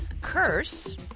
Curse